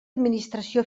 administració